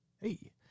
Hey